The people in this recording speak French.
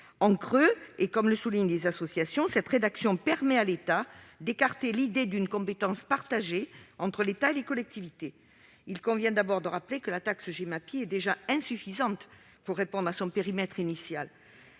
En creux, ainsi que le soulignent les associations, cette rédaction permet à l'État d'écarter l'idée d'une compétence partagée avec les collectivités. Il convient d'abord de rappeler que la taxe Gemapi est déjà insuffisante pour répondre à son périmètre initial.